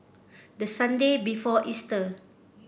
the Sunday before Easter